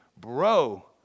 Bro